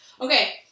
Okay